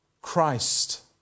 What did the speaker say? Christ